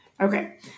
Okay